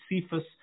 Cephas